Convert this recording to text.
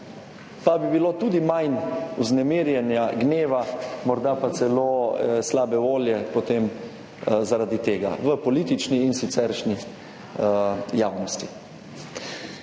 Pa bi bilo tudi manj vznemirjenja, gneva, morda pa celo slabe volje potem zaradi tega v politični in siceršnji javnosti.